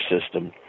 system